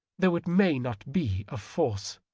though it may not be of force.